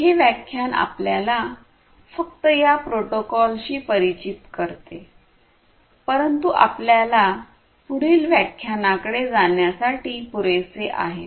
हे व्याख्यान आपल्याला फक्त या प्रोटोकॉलशी परिचित करते परंतु आपल्याला पुढील व्याख्यानाकडे जाण्यासाठी पुरेसे आहे